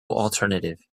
alternative